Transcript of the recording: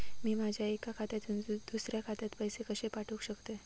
मी माझ्या एक्या खात्यासून दुसऱ्या खात्यात पैसे कशे पाठउक शकतय?